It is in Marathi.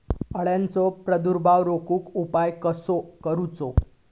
अळ्यांचो प्रादुर्भाव रोखुक उपाय कसो करूचो?